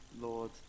Lord